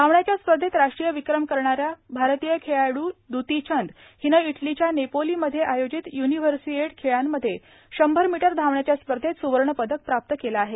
धावण्याच्या स्पर्धेत राष्ट्रीय विक्रम करणाऱ्या भारतीय खेळाडू दूती चंद हिनं इटलीच्या नेपोली मध्ये आयोजित य्निव्र्हसिएड खेळांमध्ये शंभर मीटर धावण्याच्या स्पर्धेत सुवर्ण पदक प्राप्त केला आहे